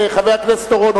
חבר הכנסת אורון,